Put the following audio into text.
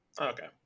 Okay